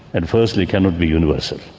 and firstly cannot be universal.